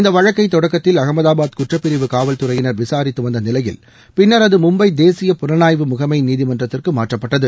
இந்த வழக்கை தொடக்கத்தில் அகமதாபாத் குற்றப்பிரிவு காவல்துறையினர் விசாரித்து வந்த நிலையில் பின்னர் அது மும்பை தேசிய புலனாய்வு முகமை நீதிமன்றத்திற்கு மாற்றப்பட்டது